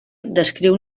descriu